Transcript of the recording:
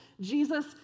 Jesus